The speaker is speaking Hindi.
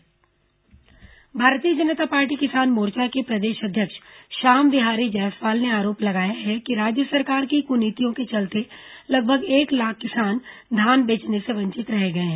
भाजपा आरोप भारतीय जनता पार्टी किसान मोर्चा के प्रदेश अध्यक्ष श्याम बिहारी जायसवाल ने आरोप लगाया है कि राज्य सरकार की क्नीतियों के चलते लगभग एक लाख किसान धान बेचने से वंचित रह गए हैं